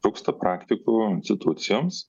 trūksta praktikų institucijoms